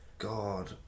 God